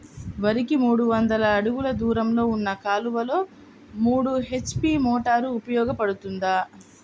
వరికి మూడు వందల అడుగులు దూరంలో ఉన్న కాలువలో మూడు హెచ్.పీ మోటార్ ఉపయోగపడుతుందా?